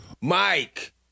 Mike